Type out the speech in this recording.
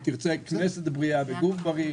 אם תרצה: כנסת בריאה בגוף בריא.